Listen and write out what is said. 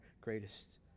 greatest